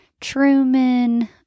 Truman